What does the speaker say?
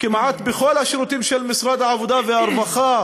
כמעט בכל השירותים של משרד העבודה והרווחה,